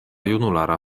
junulara